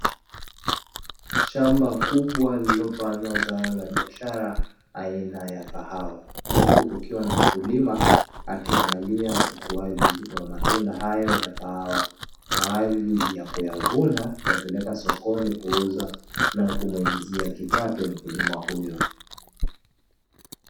Shamba kubwa lililopandwa zao la biashara aina ya Kahawa, huku kukiwa na mkulima akiangalia ukuaji wa matunda hayo ya Kahawa, kwa ajili ya kuyavuna kuyapeleka sokoni kuuza na kumuingizia kipato mkulima huyo.